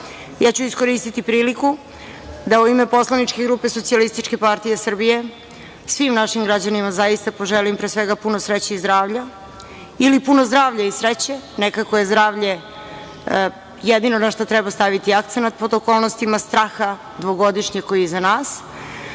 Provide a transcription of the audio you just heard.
ću iskoristiti priliku da ime poslaničke grupe Socijalističke partije Srbije svim našim građanima zaista poželim, pre svega, puno sreće i zdravlja ili puno zdravlja i sreće. Nekako je zdravlje jedino na šta treba staviti akcenat pod okolnostima straha dvogodišnjeg koji je iza nas,